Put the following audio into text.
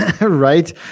right